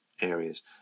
areas